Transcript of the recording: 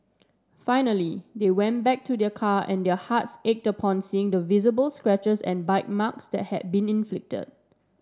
finally they went back to their car and their hearts ached upon seeing the visible scratches and bite marks that had been inflicted